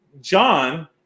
John